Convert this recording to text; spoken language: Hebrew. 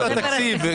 התקציב.